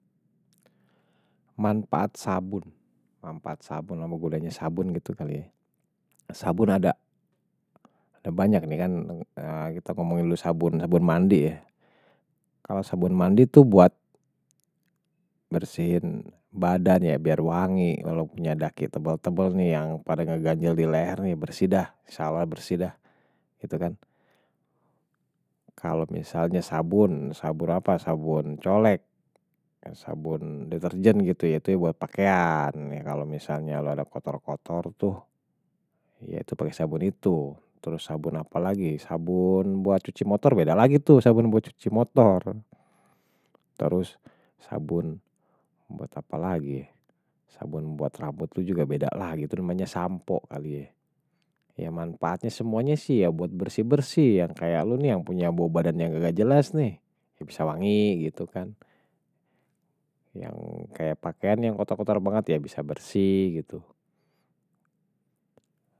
Manpaat sabun. Manpaat sabun, apa gunanya sabun gitu kali ya. Sabun ada. Ada banyak nih kan, kita ngomongin dulu sabun. Sabun mandi ya. Kalau sabun mandi itu buat bersihin badan ya, biar wangi. Kalau punya daki tebel-tebel nih, yang pada ngeganjel di leher nih, bersidah. Misalnya bersi dah, gitu kan. Kalau misalnya sabun, sabun apa? Sabun colek. Sabun deterjen gitu ya, itu buat pakean. Kalau misalnya lo ada kotor-kotor tuh, ya itu pakai sabun itu. Terus sabun apa lagi? Sabun buat cuci motor, beda lagi tuh. Sabun buat cuci motor. Terus sabun buat apa lagi? Sabun buat rambut lo juga beda lah. Tuh namanya sampo kali ya. Manpatnya semuanya sih, buat bersih-bersih. Yang kayak lo nih, yang punya badan yang nggak jelas nih. Ya bisa wangi, gitu kan. Yang kayak pakean yang kotor-kotor banget, ya bisa bersih, gitu.